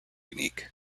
unique